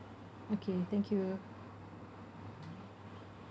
okay thank you